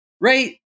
right